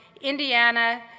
indiana,